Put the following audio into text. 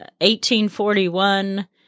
1841